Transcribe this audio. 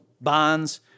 bonds